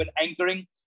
anchoring